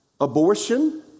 abortion